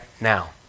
now